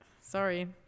Sorry